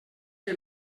que